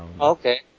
Okay